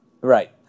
Right